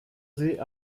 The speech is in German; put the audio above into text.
sie